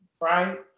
right